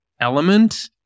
element